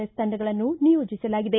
F ತಂಡಗಳನ್ನು ನಿಯೋಜಿಸಲಾಗಿದೆ